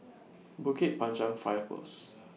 Bukit Panjang Fire Post